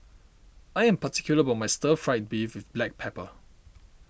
I am particular about my Stir Fried Beef with Black Pepper